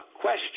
Question